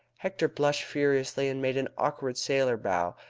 hector blushed furiously, and made an awkward sailor bow,